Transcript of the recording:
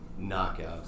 knockouts